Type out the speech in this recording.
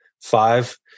five